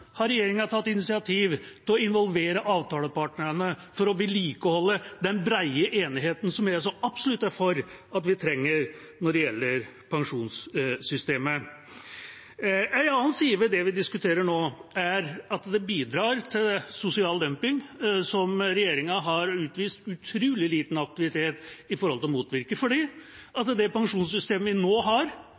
har regjeringa tatt initiativ til å involvere avtalepartnerne for å vedlikeholde den brede enigheten som jeg så absolutt er for at vi trenger når det gjelder pensjonssystemet. En annen side ved det vi diskuterer nå, er at det bidrar til sosial dumping, noe regjeringa har utvist utrolig liten aktivitet for å motvirke. For det pensjonssystemet vi nå har